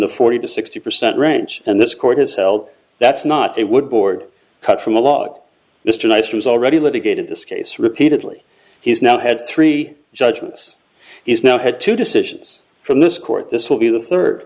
the forty to sixty percent range and this court has held that's not it would board cut from a lot mr nice was already litigated this case repeatedly he's now had three judgments he's now had two decisions from this court this will be the third